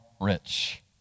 rich